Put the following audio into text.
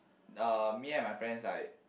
uh me and my friends like